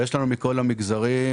ויש לנו מכל המגזרים.